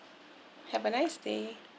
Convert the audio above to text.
have a nice day